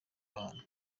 abantu